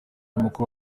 mukuru